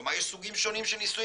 כלומר יש סוגים שונים של ניסויים.